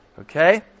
Okay